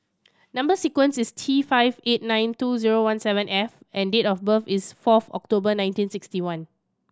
number sequence is T five eight nine two zero one seven F and date of birth is fourth October nineteen sixty one